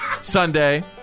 Sunday